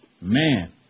Man